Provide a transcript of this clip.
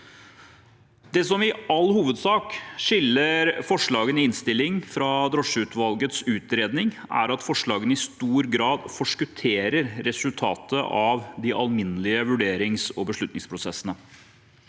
Det som i all hovedsak skiller forslagene i innstillingen fra drosjeutvalgets utredning, er at forslagene i stor grad forskutterer resultatet av de alminnelige vurderings- og beslutningsprosessene.